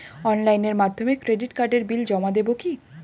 অনলাইনের মাধ্যমে ক্রেডিট কার্ডের বিল জমা দেবো কি?